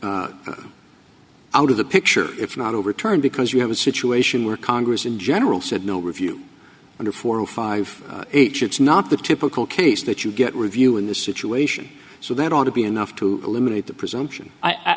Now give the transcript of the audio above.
out of the picture it's not overturned because you have a situation where congress in general said no review under four or five it's not the typical case that you get review in this situation so that ought to be enough to eliminate the presumption